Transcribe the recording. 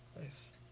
Nice